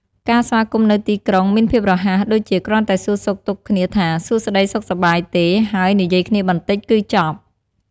ការស្វាគមន៍នៅទីក្រុងមានភាពរហ័ស ដូចជាគ្រាន់តែសួរសុខទុក្ខគ្នាថា “សួស្តី សុខសប្បាយទេ?” ហើយ និយាយគ្នាបន្តិច គឺចប់។